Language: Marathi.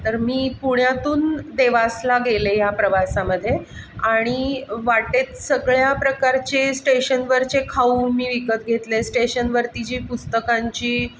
तर मी पुण्यातून देवासला गेले ह्या प्रवासामध्ये आणि वाटेत सगळ्या प्रकारचे स्टेशनवरचे खाऊ मी विकत घेतले स्टेशनवरती जी पुस्तकांची